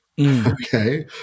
okay